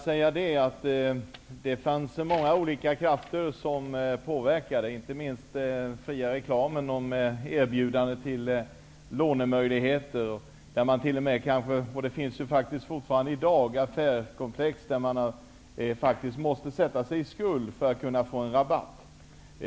Herr talman! Många olika krafter påverkade, Claus Zaar, inte minst den fria reklamen. Jag tänker då på de erbjudanden om lånemöjligheter som förekommit. Fortfarande finns det affärsverksamheter där man faktiskt måste sätta sig i skuld för att kunna få rabatt.